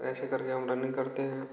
ऐसे करके हम रनिंग करते हैं